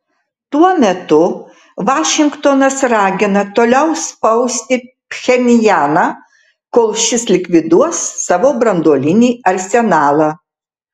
tuo metu vašingtonas ragina toliau spausti pchenjaną kol šis likviduos savo branduolinį arsenalą